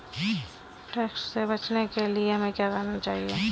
Tax से बचने के लिए हमें क्या करना चाहिए?